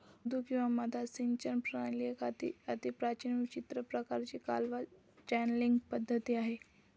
मुद्दू किंवा मद्दा सिंचन प्रणाली एक अतिप्राचीन विचित्र प्रकाराची कालवा चॅनलींग पद्धती आहे